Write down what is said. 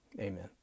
amen